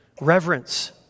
reverence